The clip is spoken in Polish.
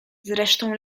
zresztą